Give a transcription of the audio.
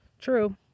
true